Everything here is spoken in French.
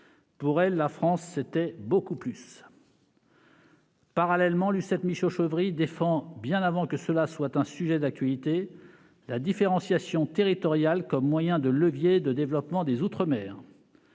Pour elle, la France, c'était beaucoup plus ! Parallèlement, Lucette Michaux-Chevry défend, bien avant que celle-ci ne devienne un sujet d'actualité, la différenciation territoriale comme levier de développement des outre-mer.